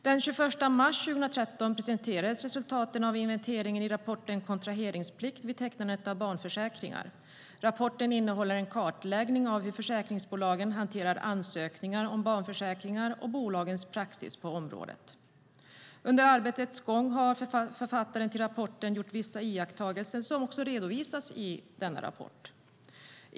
Den 21 mars 2013 presenterades resultatet av inventeringen i rapporten Kontraheringsplikt vid tecknandet av barnförsäkringar . Rapporten innehåller en kartläggning av hur försäkringsbolagen hanterar ansökningar om barnförsäkringar och bolagens praxis på området. Under arbetets gång har författaren till denna rapport gjort vissa iakttagelser som redovisas i rapporten.